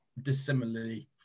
dissimilarly